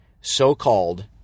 so-called